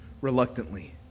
reluctantly